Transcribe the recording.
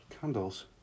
candles